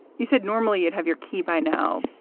you said normally you'd have your key by now,